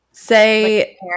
Say